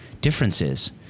differences